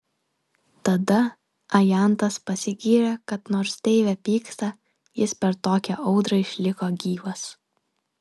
tada ajantas pasigyrė kad nors deivė pyksta jis per tokią audrą išliko gyvas